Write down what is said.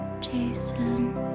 Jason